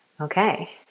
Okay